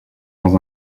dans